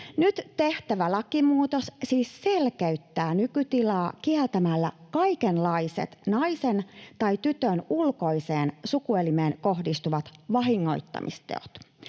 Nyt tehtävä lakimuutos siis selkeyttää nykytilaa kieltämällä kaikenlaiset naisen tai tytön ulkoiseen sukuelimeen kohdistuvat vahingoittamisteot.